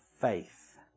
faith